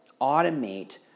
automate